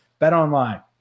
BetOnline